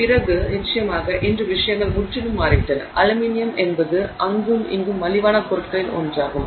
பிறகு நிச்சயமாக இன்று விஷயங்கள் முற்றிலும் மாறிவிட்டன அலுமினியம் என்பது அங்கு இருக்கும் மலிவான பொருட்களில் ஒன்றாகும்